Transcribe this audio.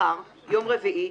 יום רביעי,